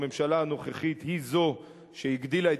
הממשלה הנוכחית היא זו שהגדילה את